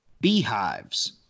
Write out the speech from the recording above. beehives